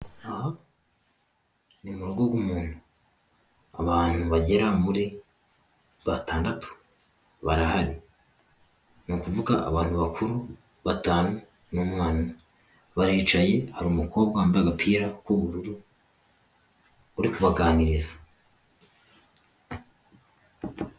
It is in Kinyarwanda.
Ni mu rugo rw'umuntuntu abantu bagera muri batandatu barahari, ni ukuvuga abantu bakuru batanu n'umwana umwe baricaye hari umukobwa wambaye agapira k'ubururu uri kubaganiriza.